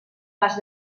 pas